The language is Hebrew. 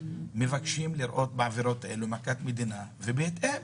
מבקשים לראות בעבירות האלה מכת מדינה ובהתאם